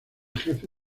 jefe